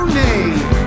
name